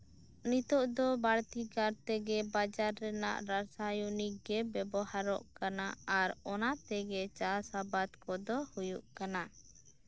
ᱱᱤᱛᱚᱜ ᱫᱚ ᱵᱟᱲᱛᱤ ᱠᱟᱛᱮᱜᱮ ᱵᱟᱡᱟᱨ ᱨᱮᱱᱟᱜ ᱨᱟᱥᱟᱭᱱᱤᱨ ᱜᱮ ᱵᱮᱵᱚᱦᱟᱨᱚᱜ ᱠᱟᱱᱟ ᱟᱨ ᱚᱱᱟ ᱛᱮᱜᱮ ᱪᱟᱥᱼᱟᱵᱟᱫ ᱠᱚᱫᱚ ᱦᱩᱭᱩᱜ ᱠᱟᱱᱟ